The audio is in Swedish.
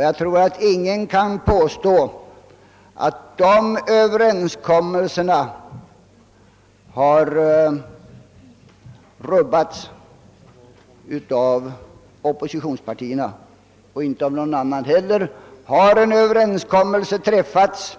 Jag tror inte att någon kan påstå att de överenskommelser som träffats har frångåtts. När en överenskommelse har ingåtts,